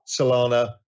Solana